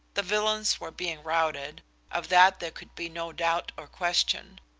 the villains were being routed of that there could be no doubt or question.